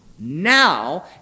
Now